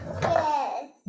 yes